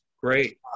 Great